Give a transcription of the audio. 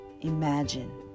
imagine